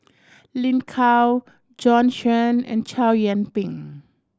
Lin Gao Bjorn Shen and Chow Yian Ping